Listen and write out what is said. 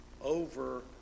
over